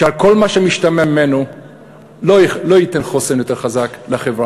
כל מה שמשתמע ממנו לא ייתן יותר חוסן לחברה,